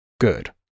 good